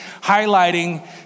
highlighting